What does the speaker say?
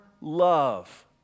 love